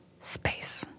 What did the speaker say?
space